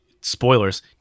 spoilers